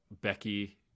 Becky